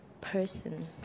person